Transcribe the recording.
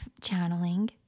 channeling